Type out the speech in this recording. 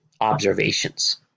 observations